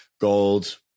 gold